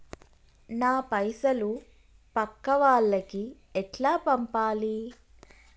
నా పైసలు పక్కా వాళ్లకి ఎట్లా పంపాలి?